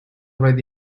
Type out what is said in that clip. read